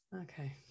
okay